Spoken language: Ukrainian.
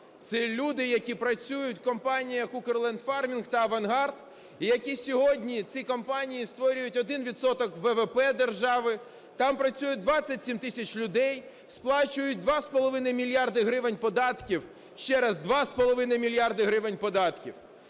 Це люди, які працюють в компаніях "Укрлендфармінг" та "Авангард" і які сьогодні, ці компанії, створюють 1 відсоток ВВП держави. Там працює 27 тисяч людей, сплачують 2,5 мільярда гривень податків, ще раз, 2,5 мільярда гривень податків.